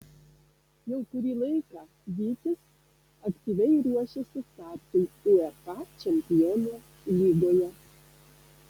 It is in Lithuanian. jau kurį laiką vytis aktyviai ruošiasi startui uefa čempionų lygoje